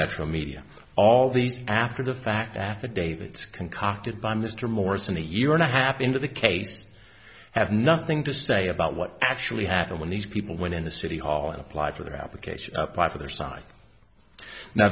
metromedia all these after the fact affidavits concocted by mr morse in a year and a half into the case have nothing to say about what actually happened when these people went into city hall and applied for their application apply for their side now